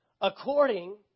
according